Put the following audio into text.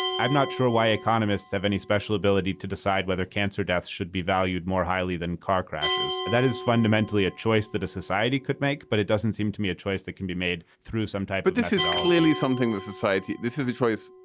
i'm not sure why economists have any special ability to decide whether cancer deaths should be valued more highly than car crashes. that is fundamentally a choice that a society could make. but it doesn't seem to me a choice that can be made through some type but this is clearly something the society this is a choice.